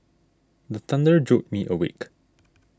the thunder jolt me awake